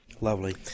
Lovely